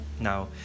Now